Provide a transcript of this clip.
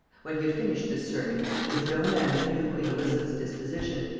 when he had finished this sermon, there was no man that knew queen elizabeth's disposition,